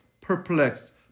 perplexed